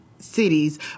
cities